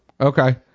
Okay